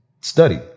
study